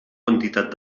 quantitat